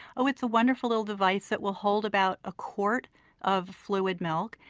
so it's a wonderful little device that will hold about a quart of fluid milk,